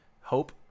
hope